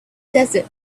desert